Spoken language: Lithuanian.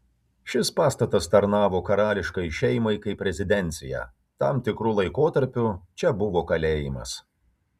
šis pastatas tarnavo karališkai šeimai kaip rezidencija tam tikru laikotarpiu čia buvo kalėjimas